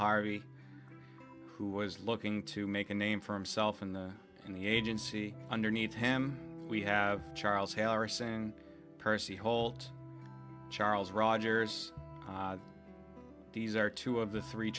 harvey who was looking to make a name for himself in the in the agency underneath him we have charles taylor percy holt charles rogers these are two of the three